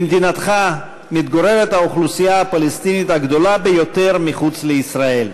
במדינתך מתגוררת האוכלוסייה הפלסטינית הגדולה ביותר מחוץ לישראל,